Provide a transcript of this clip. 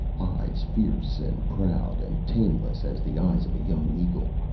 eyes fierce and proud and tameless as the eyes of a young eagle,